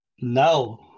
No